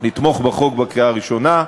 לתמוך בחוק בקריאה הראשונה,